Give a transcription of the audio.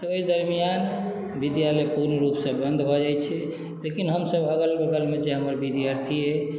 तऽ ओहि दर्मियान विद्यालय पूर्ण रूपसँ बन्द भऽ जाइत छै लेकिन हमसभ अगल बगलमे जे हमर विद्यार्थी अइ